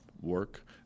work